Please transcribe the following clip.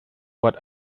what